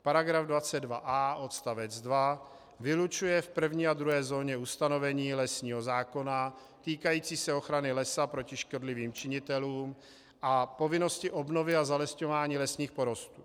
Paragraf 22a odst. 2 vylučuje v první a druhé zóně ustanovení lesního zákona týkající se ochrany lesa proti škodlivým činitelům a povinnosti obnovy a zalesňování lesních porostů.